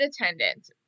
attendant